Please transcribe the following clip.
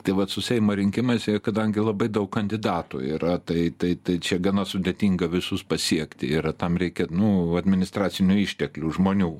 tai vat su seimo rinkimais tai kadangi labai daug kandidatų yra tai tai tai čia gana sudėtinga visus pasiekti yra tam reikia nu administracinių išteklių žmonių